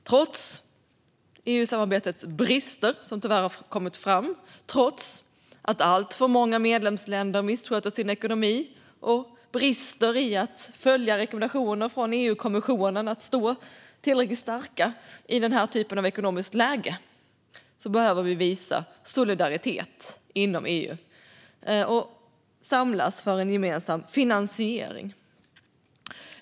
Trots EU-samarbetets brister, som tyvärr har kommit fram, och trots att alltför många medlemsländer missköter sin ekonomi och brister i att följa EU-kommissionens rekommendationer att stå tillräckligt starka i den här typen av ekonomiskt läge behöver vi visa solidaritet inom EU och samlas för en gemensam finansiering.